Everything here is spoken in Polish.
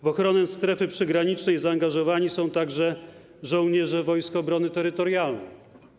W ochronę strefy przygranicznej zaangażowani są także żołnierze Wojsk Obrony Terytorialnej.